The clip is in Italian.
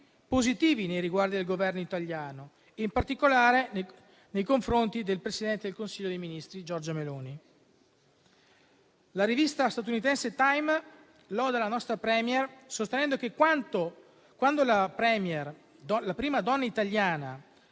positivi nei riguardi del Governo italiano, in particolare nei confronti del presidente del Consiglio dei ministri Giorgia Meloni. La rivista statunitense «Time» loda la nostra *Premier*, sostenendo che quando la *Premier*, la prima donna italiana